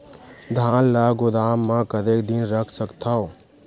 धान ल गोदाम म कतेक दिन रख सकथव?